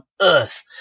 earth